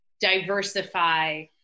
diversify